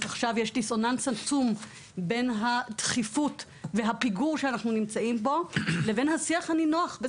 יש דיסוננס עצום בין הדחיפות והפיגור בו אנחנו נמצאים לבין השיח הנינוח.